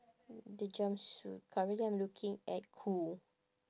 the jumpsuit currently I'm looking at